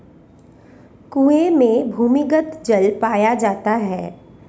कुएं में भूमिगत जल पाया जाता है